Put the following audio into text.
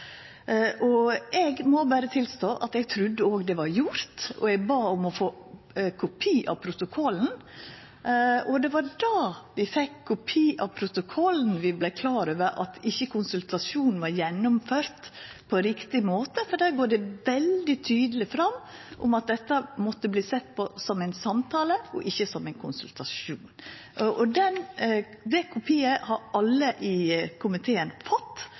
og eg må berre tilstå at eg trudde det var gjort, og eg bad om å få ein kopi av protokollen. Det var då vi fekk protokollen, at vi vart klare over at konsultasjonen ikkje var gjennomført på riktig måte, for der går det veldig tydeleg fram at dette måtte verta sett på som ein samtale og ikkje som ein konsultasjon. Den kopien har alle i komiteen fått,